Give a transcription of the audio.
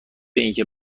اینکه